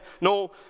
no